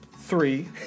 three